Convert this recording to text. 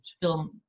film